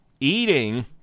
eating